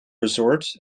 resort